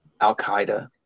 al-qaeda